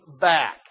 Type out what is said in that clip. back